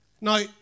Now